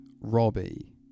Robbie